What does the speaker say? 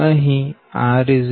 અહી r 0